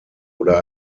oder